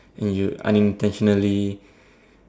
and you unintentionally